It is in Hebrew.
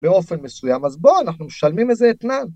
באופן מסוים. אז בואו אנחנו משלמים על זה אתנן.